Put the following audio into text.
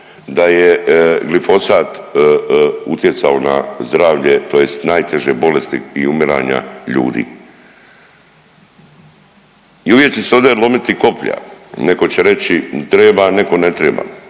da je glifosat utjecao na zdravlje, tj. najteže bolesti i umiranja ljudi. I uvijek će se ovdje lomiti koplja. Netko će reći treba, netko ne treba.